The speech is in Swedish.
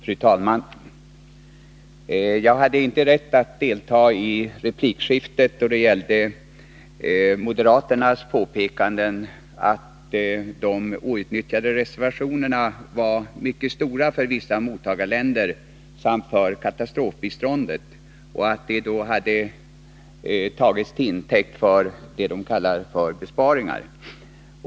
Fru talman! Jag hade inte rätt att delta i replikskiftet då det gällde moderaternas påpekanden att de outnyttjade reservationerna var mycket stora för vissa mottagarländer samt för katastrofbiståndet och att detta tagits till intäkt för vad de kallar besparingar.